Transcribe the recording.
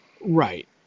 Right